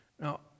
Now